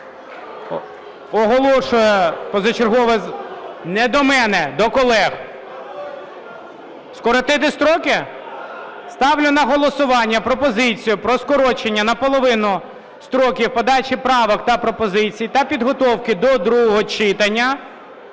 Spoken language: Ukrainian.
Оголошую позачергове… (Шум у залі) Не до мене, до колег. Скоротити строки? Ставлю на голосування пропозицію про скорочення на половину строків подачі правок та пропозицій та підготовки до другого читання